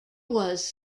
was